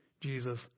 Jesus